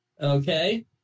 Okay